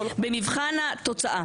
במבחן התוצאה,